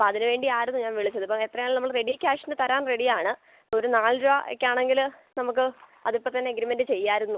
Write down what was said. അപ്പോൾ അതിന് വേണ്ടിയായിരുന്നു ഞാന് വിളിച്ചതിപ്പം എത്രയാലും നമ്മള് റെഡി ക്യാഷിന് തരാൻ റെഡിയാണ് ഒര് നാല് രൂപയ്ക്കാണെങ്കില് നമുക്ക് അത് ഇപ്പം തന്നെ എഗ്രിമെൻറ്റ് ചെയ്യാമായിരുന്നു